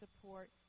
support